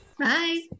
Bye